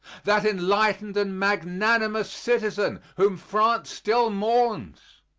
that enlightened and magnanimous citizen whom france still mourns?